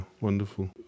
wonderful